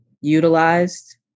utilized